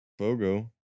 Bogo